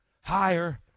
higher